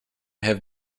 have